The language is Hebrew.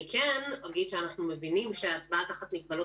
אני כן אגיד שאנחנו מבינים שהצבעה תחת מגבלות